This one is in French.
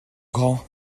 grand